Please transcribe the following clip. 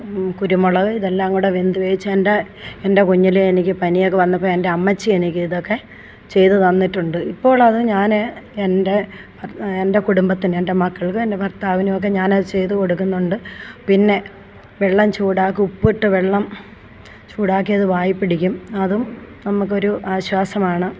കുരുമുളക് ഇതെല്ലാം കൂടി വെന്തുപയോഗിച്ചതിൻ്റെ എൻ്റെ കുഞ്ഞിലേ എനിക്ക് പനിയൊക്കെ വന്നപ്പം എൻ്റെ അമ്മച്ചി എനിക്കിതൊക്കെ ചെയ്ത് തന്നിട്ടുണ്ട് ഇപ്പോളത് ഞാൻ എൻ്റെ എൻ്റെ ഭ കുടുംബത്തിന് എൻ്റെ മക്കൾക്കും എൻ്റെ ഭർത്താവിനോക്കെ ഞാനത് ചെയ്ത് കൊടുക്കുന്നുണ്ട് പിന്നെ വെള്ളം ചൂടാക്കും ഉപ്പിട്ട് വെള്ളം ചൂടാക്കി അത് വായി പിടിക്കും അതും നമുക്കൊരു ആശ്വാസമാണ്